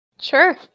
Sure